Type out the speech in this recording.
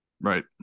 Right